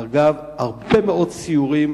אגב, הרבה מאוד סיורים,